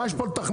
מה יש פה לתכנן?